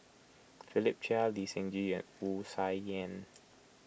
Philip Chia Lee Seng Gee and Wu Tsai Yen